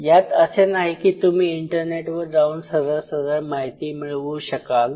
यात असे नाही की तुम्ही इंटरनेटवर जाऊन सरळ सरळ माहिती मिळवू शकाल